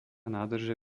nádrže